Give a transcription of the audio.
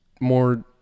more